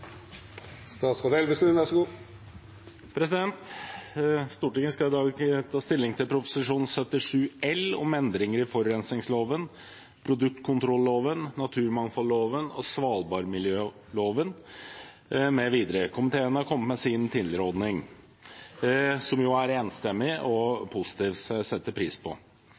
Stortinget skal i dag ta stilling til Prop. 77 L, om endringer i forurensningsloven, produktkontrolloven, naturmangfoldloven og svalbardmiljøloven mv. Komiteen har kommet med sin tilråding, som jo er enstemmig og positiv. Det setter jeg pris på.